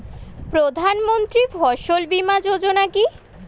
প্রধানমন্ত্রী ফসল বীমা যোজনা কি?